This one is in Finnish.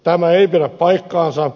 tämä ei pidä paikkaansa